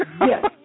yes